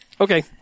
Okay